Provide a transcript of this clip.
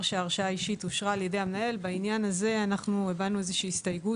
שההרשאה האישית אושרה על ידי המנהל בעניין הזה הבענו איזושהי הסתייגות